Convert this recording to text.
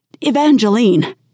Evangeline